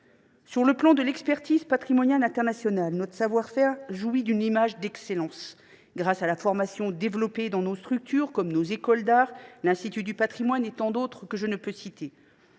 Dans le domaine de l’expertise patrimoniale internationale, notre savoir faire jouit d’une image d’excellence, grâce à la formation développée dans nos structures – nos écoles d’art, l’Institut du patrimoine et tant d’autres que je ne peux citer